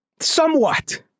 Somewhat